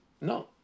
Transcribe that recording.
No